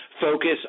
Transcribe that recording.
focus